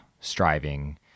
striving